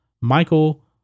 Michael